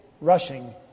rushing